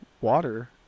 water